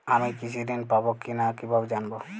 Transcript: আমি কৃষি ঋণ পাবো কি না কিভাবে জানবো?